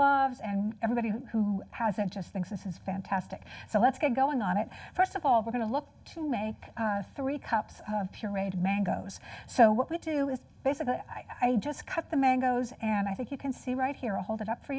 loves and everybody who has it just exists is fantastic so let's get going on it first of all we're going to look to make three cups of pureed mangoes so what we do is basically i just cut the mangoes and i think you can see right here hold it up for